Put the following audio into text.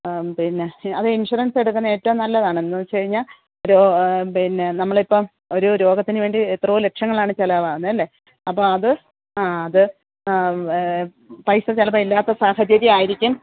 പിന്നെ അത് ഇൻഷുറൻസ് എടുക്കുന്നത് ഏറ്റോം നല്ലതാണ് എന്തെന്ന് വെച്ച് കഴിഞ്ഞാൽ പിന്നെ നമ്മളിപ്പോൾ ഒരു രോഗത്തിനു വേണ്ടി എത്രയോ ലക്ഷ്യങ്ങളാണ് ചിലവാക്കുന്നത് അല്ലേ അപ്പോൾ അത് ആ അത് പൈസ ചിലപ്പോൾ ഇല്ലാത്ത സാഹചര്യമായിരിക്കും